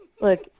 Look